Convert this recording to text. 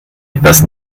etwas